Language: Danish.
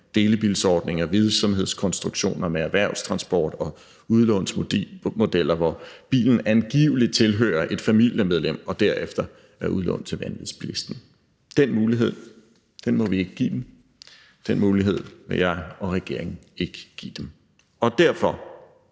delebilsordninger, virksomhedskonstruktioner, erhvervstransport og udlånsmodeller, hvor bilen angiveligt tilhører et familiemedlem og derefter er udlånt til vanvidsbilisten. Den mulighed må vi ikke give dem, den mulighed vil jeg og regeringen ikke give dem. Derfor